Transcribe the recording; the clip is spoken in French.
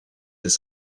des